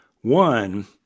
one